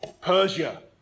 Persia